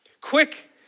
Quick